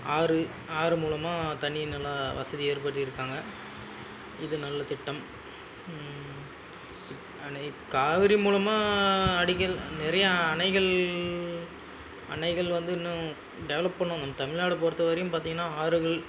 ஆறு ஆறு மூலமாக தண்ணி நல்லா வசதி ஏற்படுத்தியிருக்காங்க இது நல்ல திட்டம் அணை காவேரி மூலமாக அடிக்கல் நிறைய அணைகள் அணைகள் வந்து இன்னும் டெவலப் பண்ணணும் தமிழ்நாடு பொறுத்தவரையும் பார்த்திங்கனா ஆறுகள்